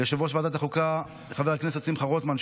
ליושב-ראש ועדת החוקה חבר הכנסת שמחה רוטמן,